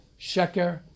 sheker